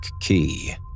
key